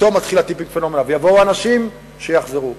פתאום מתחיל, ויבואו אנשים שיחזרו.